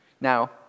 Now